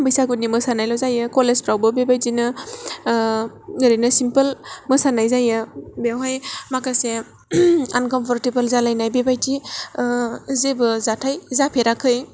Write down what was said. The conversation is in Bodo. बैसागुनि मोसानायल' जायो कलेजफ्रावबो बिबादिनो ओरैनो सिमपल मोसानाय जायो बेवहाय माखासे आनकमफर्टेबल जालायनाय बेबादि जेबो जाथाय जाफेराखै